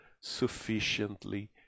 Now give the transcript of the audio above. sufficiently